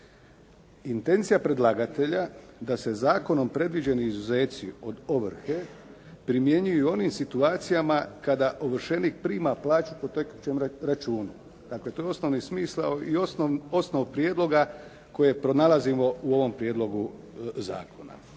Intencija predlagatelja, da se zakonom predviđeni izuzeci od ovrhe primjenjuju u onim situacijama kada ovršenik prima plaću po tekućem računu. Dakle, to je osnovni smisao i osnova prijedloga koje pronalazimo u ovom prijedlogu zakona.